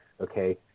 okay